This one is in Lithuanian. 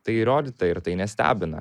tai įrodyta ir tai nestebina